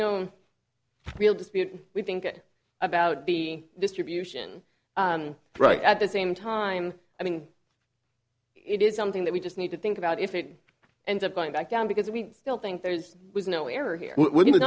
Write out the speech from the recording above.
no real dispute we think about b distribution right at the same time i mean it is something that we just need to think about if it ends up going back down because we still think there's no error here w